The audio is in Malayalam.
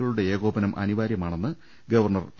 കളുടെ ഏകോപനം അനിവാര്യമാണെന്ന് ഗവർണർ പി